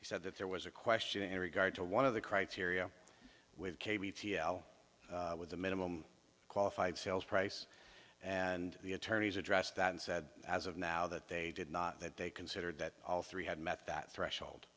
he said that there was a question in regard to one of the criteria with with the minimum qualified sales price and the attorneys address that and said as of now that they did not that they considered that all three had met that threshold